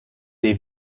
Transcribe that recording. les